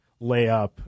layup